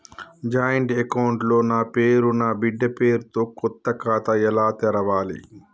Joint account లో నా పేరు నా బిడ్డే పేరు తో కొత్త ఖాతా ఎలా తెరవాలి?